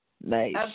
Nice